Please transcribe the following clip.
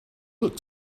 look